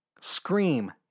Scream